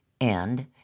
And